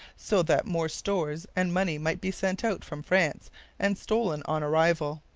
so that more stores and money might be sent out from france and stolen on arrival.